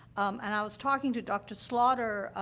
and i was talking to dr. slaughter. ah,